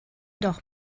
doch